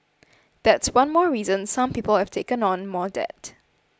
that's one more reason some people have taken on more debt